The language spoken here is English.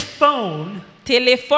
phone